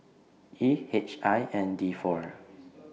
E H I N D four